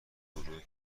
گروه